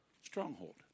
stronghold